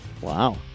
Wow